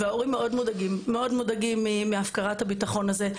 ההורים מאוד מודאגים מהפקרת הביטחון הזה,